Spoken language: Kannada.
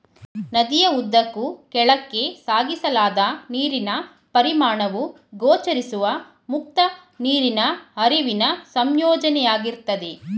ನದಿಯ ಉದ್ದಕ್ಕೂ ಕೆಳಕ್ಕೆ ಸಾಗಿಸಲಾದ ನೀರಿನ ಪರಿಮಾಣವು ಗೋಚರಿಸುವ ಮುಕ್ತ ನೀರಿನ ಹರಿವಿನ ಸಂಯೋಜನೆಯಾಗಿರ್ತದೆ